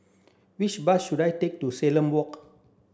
which bus should I take to Salam Walk